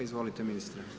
Izvolite ministre.